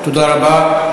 תודה רבה.